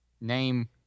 name